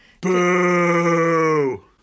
Boo